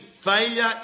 failure